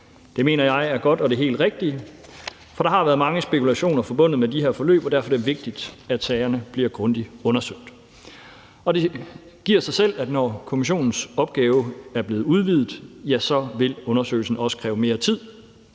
Det mener jeg er godt og det helt rigtige, for der har været mange spekulationer forbundet med de her forløb, og derfor er det vigtigt, at sagerne bliver grundigt undersøgt. Det giver sig selv, at når kommissionens opgave er blevet udvidet, vil undersøgelsen også kræve mere tid,